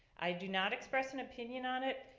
i do not express an opinion on it.